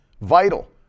Vital